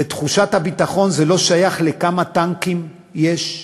ותחושת הביטחון, זה לא שייך לכמה טנקים יש,